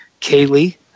Kaylee